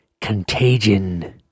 contagion